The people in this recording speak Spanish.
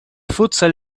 futsal